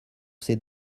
ces